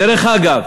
דרך אגב,